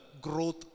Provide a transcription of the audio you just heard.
growth